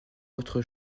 votre